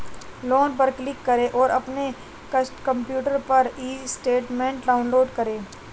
loan पर click करें और अपने कंप्यूटर पर ई स्टेटमेंट डाउनलोड करें